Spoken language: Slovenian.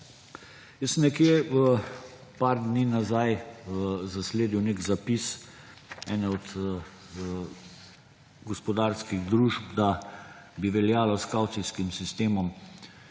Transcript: nekje. Par dni nazaj sem zasledil nek zapis ene od gospodarskih družb, da bi veljalo s kavcijskim sistemom